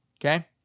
Okay